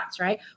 right